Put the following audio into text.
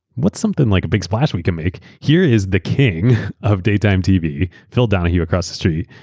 what's something like a big splash we can make? here is the king of daytime tv, phil donahue, across the street.